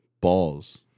balls